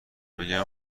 بگم